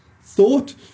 thought